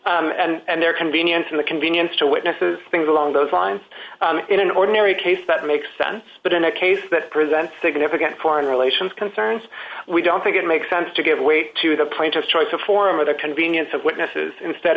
litigants and their convenience and the convenience to witnesses things along those lines in an ordinary case that makes sense but in a case that presents significant foreign relations concerns we don't think it makes sense to give way to the point of choice of form of the convenience of witnesses instead